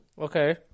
Okay